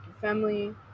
family